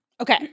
Okay